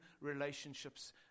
relationships